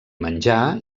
menjar